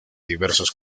diversos